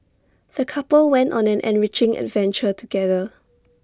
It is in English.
the couple went on an enriching adventure together